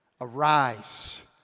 Arise